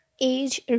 age